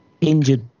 injured